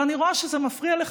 ואני רואה שזה מפריע לך,